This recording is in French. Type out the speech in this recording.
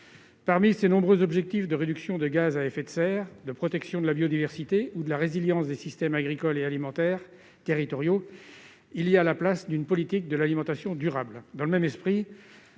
Parmi ses nombreux objectifs- réduction des émissions de gaz à effet de serre, protection de la biodiversité, résilience des systèmes agricoles et alimentaires territoriaux -, il y a place pour une politique de l'alimentation durable.